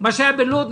מה שהיה בלוד,